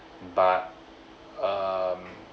but um